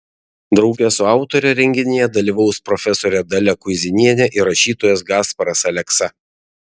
drauge su autore renginyje dalyvaus profesorė dalia kuizinienė ir rašytojas gasparas aleksa